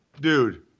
Dude